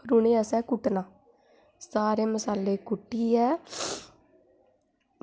उ'नें ई असें कुट्टना आं सारे मसाले कुट्टियै